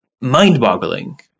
mind-boggling